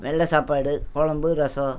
வெள்ளை சாப்பாடு குழம்பு ரசம்